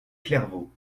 clairvaux